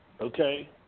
okay